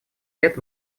лет